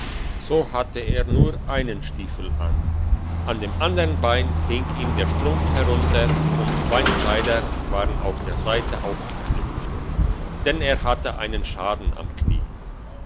so hatte er nur einen stiefel an an dem andern bein hing ihm der strumpf herunter und die beinkleider waren auf der seite aufgeknüpft denn er hatte einen schaden am knie